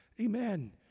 Amen